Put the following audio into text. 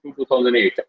2008